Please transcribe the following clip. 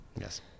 Yes